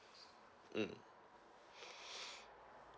mm